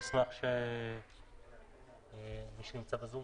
נשמח אם אריאל פרינץ שנמצא בזום